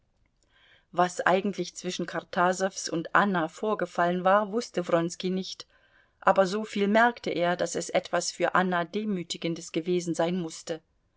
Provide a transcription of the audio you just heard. was eigentlich zwischen kartasows und anna vorgefallen war wußte wronski nicht aber so viel merkte er daß es etwas für anna demütigendes gewesen sein mußte